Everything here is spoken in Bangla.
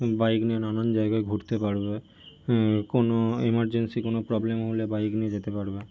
বাইক নিয়ে নানান জায়গায় ঘুরতে পারবে কোনো এমারজেন্সি কোনো প্রবলেম হলে বাইক নিয়ে যেতে পারবে